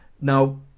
Now